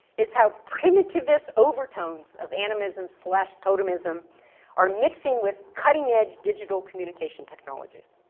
is how primitiveness overtones of animism slash totemism are mixing with cutting edge digital communication technologies.